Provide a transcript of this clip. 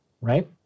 Right